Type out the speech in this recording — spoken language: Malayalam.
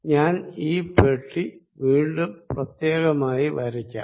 ഞാൻ ഈ ബോക്സ് വീണ്ടും പ്രത്യേകമായി വരയ്ക്കാം